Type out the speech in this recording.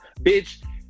bitch